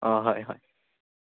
ꯑꯣ ꯍꯣꯏ ꯍꯣꯏ